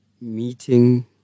meeting